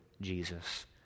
Jesus